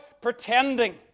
pretending